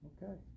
Okay